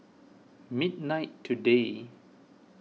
midnight today